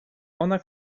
ona